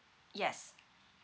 yes